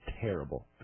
terrible